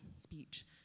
speech